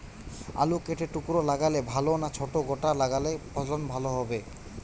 আলু কেটে টুকরো লাগালে ভাল না ছোট গোটা লাগালে ফলন ভালো হবে?